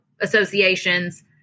associations